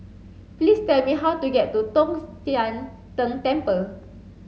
please tell me how to get to Tong Sian Tng Temple